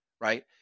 right